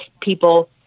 people